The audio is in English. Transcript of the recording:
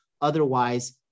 Otherwise